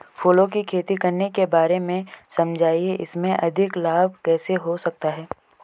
फूलों की खेती करने के बारे में समझाइये इसमें अधिक लाभ कैसे हो सकता है?